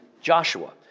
Joshua